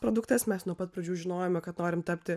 produktas mes nuo pat pradžių žinojome kad norim tapti